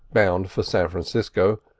bound for san francisco,